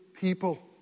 people